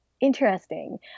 interesting